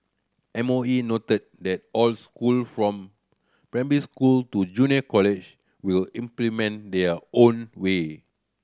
M O E noted that all school from primary school to junior college will implement their own way